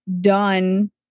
done